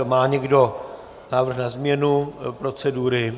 Má někdo návrh na změnu procedury?